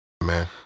man